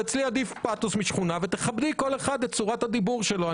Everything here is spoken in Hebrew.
ואצלו עדיף פאתוס על שכונה ותכבדי כל אחד ואת צורת הדיבור שלו.